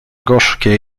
gorzkie